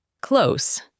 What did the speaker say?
Close